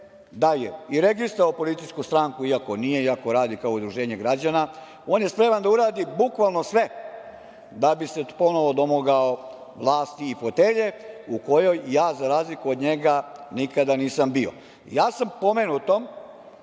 da je i registrovao političku stranku, iako nije, iako radi kao udruženje građana. On je spreman da uradi bukvalno sve da bi se ponovo domogao vlasti i fotelje u kojoj ja, za razliku od njega, nikada nisam bio. Ja sam pomenutom